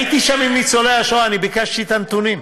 הייתי שם עם ניצולי השואה, אני ביקשתי את הנתונים.